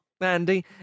Andy